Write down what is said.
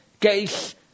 case